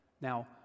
Now